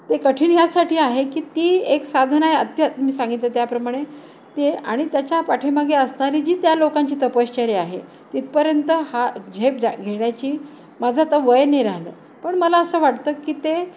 ते कठीण ह्यासाठी आहे की ती एक साधना आहे अत्यन्त मी सांगितल त्याप्रमाणे ते आणि त्याच्या पाठीमागे असणारी जी त्या लोकांची तपश्चर्या आहे तिथं पर्यंत हा झेप घेण्याची माझं आता वय ना राहिलं पण मला असं वाटतं की ते